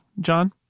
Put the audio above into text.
John